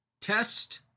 Test